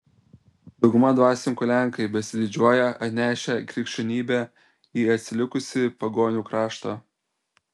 dauguma dvasininkų lenkai besididžiuoją atnešę krikščionybę į atsilikusį pagonių kraštą